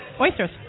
oysters